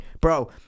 bro